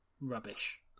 rubbish